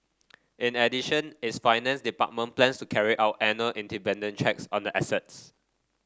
in addition its finance department plans to carry out annual independent checks on the assets